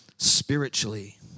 Spiritually